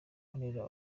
nkorera